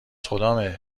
خدامه